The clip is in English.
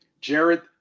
Jared